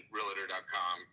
Realtor.com